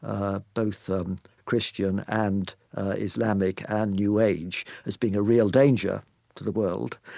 ah both um christian and islamic, and new age as being a real danger to the world.